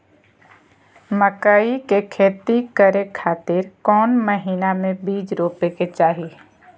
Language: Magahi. मकई के खेती करें खातिर कौन महीना में बीज रोपे के चाही?